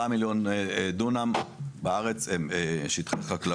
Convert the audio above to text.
4(6) או 6(4), איך זה הולך כאן?